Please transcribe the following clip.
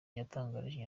yatangarije